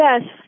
Yes